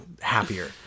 happier